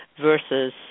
versus